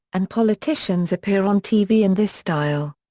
and politicians appear on tv in this style.